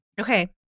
Okay